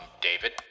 David